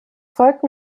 folgten